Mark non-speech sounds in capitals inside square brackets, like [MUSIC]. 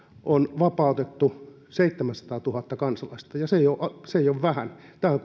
on vapautettu seitsemänsataatuhatta kansalaista ja se ei ole vähän tämä summa on [UNINTELLIGIBLE]